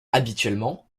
habituellement